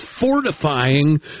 fortifying